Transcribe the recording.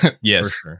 yes